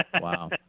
Wow